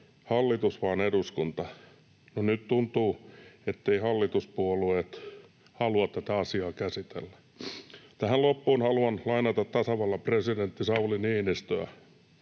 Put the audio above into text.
hallitus vaan eduskunta. No, nyt tuntuu, etteivät hallituspuolueet halua tätä asiaa käsitellä. Tähän loppuun haluan lainata tasavallan presidentti Sauli Niinistöä.